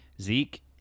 Zeke